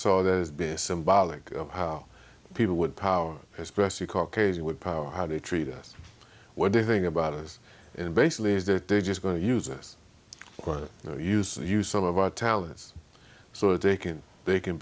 saw there's been a symbolic of how people would power especially caucasian would power how they treat us what they think about us and basically is that they're just going to use us use and use some of our talents so they can they can